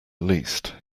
least